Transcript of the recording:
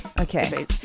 Okay